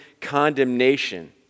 condemnation